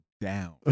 down